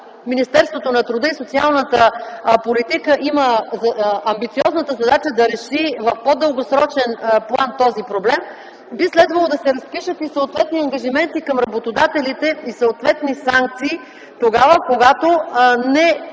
Министерството на труда и социалната политика има амбициозната задача да реши в по-дългосрочен план този проблем, би следвало да се разпишат и съответни ангажименти към работодателите, и съответни санкции, когато не